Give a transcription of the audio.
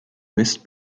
mist